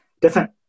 different